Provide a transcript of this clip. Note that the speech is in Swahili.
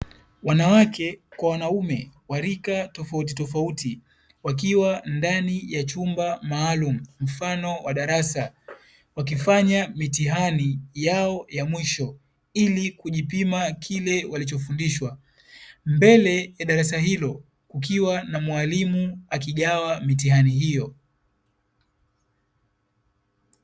Wanawake kwa wanaume wa rika tofautitofauti, wakiwa ndani ya chumba maalumu mfano wa darasa wakifanya mitihani yao ya mwisho ili kujipima kile walichofundishwa. Mbele ya darasa hilo kukiwa na mwaimu akigawa mitihani hio.